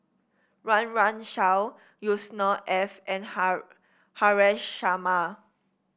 Run Run Shaw Yusnor Ef and Haresh Sharma